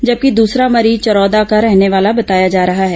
जबकि द्सरा मरीज चरौदा का रहने वाला बताया जा रहा है